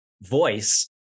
voice